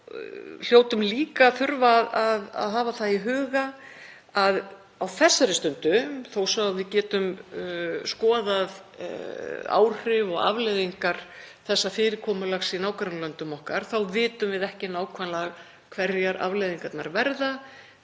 hljótum líka að þurfa að hafa það í huga að á þessari stundu, þó svo að við getum skoðað áhrif og afleiðingar þessa fyrirkomulags í nágrannalöndum okkar, vitum við ekki nákvæmlega hverjar afleiðingarnar verða